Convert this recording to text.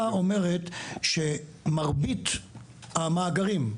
אומרת, בוא נהיה קונקרטיים, שמרבית המאגרים,